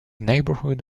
neighborhood